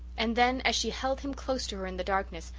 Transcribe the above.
and then, as she held him close to her in the darkness,